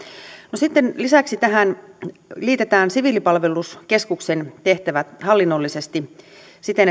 no sitten lisäksi tähän liitetään siviilipalveluskeskuksen tehtävät hallinnollisesti siten